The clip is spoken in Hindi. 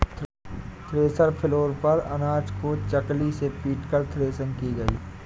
थ्रेसर फ्लोर पर अनाज को चकली से पीटकर थ्रेसिंग की गई